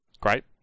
Great